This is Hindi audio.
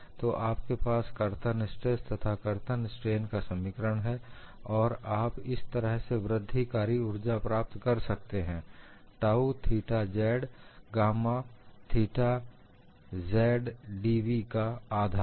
तो आपके पास कर्तन स्ट्रेस तथा कर्तन स्ट्रेन का समीकरण है और आप इस तरह से वृद्धिकारी ऊर्जा प्राप्त कर सकते हैं tau theta z gamma theta zdV का आधा है